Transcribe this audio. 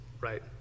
right